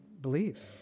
believe